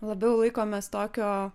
labiau laikomės tokio